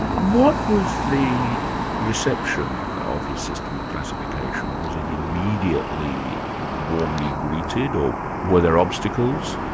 what was the reception of his system of classification? was it immediately warmly greeted, or were there obstacles?